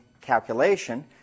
calculation